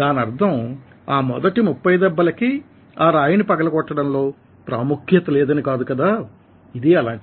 దానర్ధం ఆ మొదటి ముప్పయి దెబ్బలకీ ఆ రాయిని పగలకొట్టడంలో ప్రాముఖ్యత లేదని కాదు కదా ఇదీ అలాంటిదే